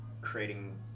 creating